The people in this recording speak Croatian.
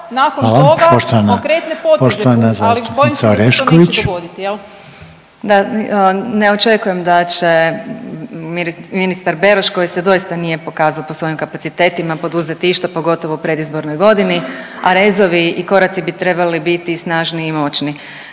imenom i prezimenom)** Da, ne očekujem da će ministar Beroš koji se doista nije pokazao po svojim kapacitetima poduzeti išta, pogotovo u predizbornoj godini, a rezovi i koraci bi trebali biti snažni i moćni.